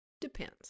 depends